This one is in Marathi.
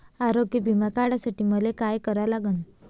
आरोग्य बिमा काढासाठी मले काय करा लागन?